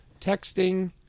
Texting